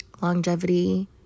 longevity